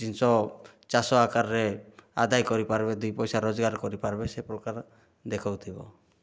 ଜିନିଷ ଚାଷ ଆକାରରେ ଆଦାୟ କରିପାରିବେ ଦୁଇ ପଇସା ରୋଜଗାର କରିପାରିବେ ସେ ପ୍ରକାର ଦେଖଉଥିବ